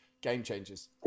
game-changers